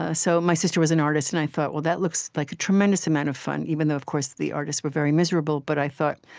ah so my sister was an artist, and i thought, well, that looks like a tremendous amount of fun, even though, of course, the artists were very miserable. but i thought,